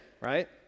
right